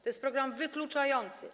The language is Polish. To jest program wykluczający.